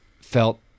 felt